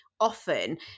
often